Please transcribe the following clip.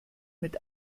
mit